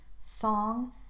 song